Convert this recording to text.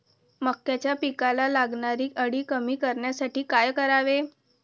मक्याच्या पिकाला लागणारी अळी कमी करण्यासाठी काय करावे?